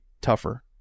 tougher